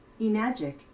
Enagic